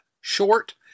short